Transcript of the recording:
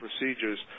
procedures